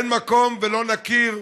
אין מקום ולא נכיר,